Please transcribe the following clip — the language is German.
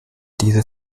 diese